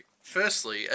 firstly